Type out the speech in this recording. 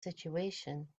situation